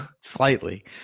slightly